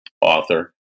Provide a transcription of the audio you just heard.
author